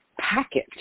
package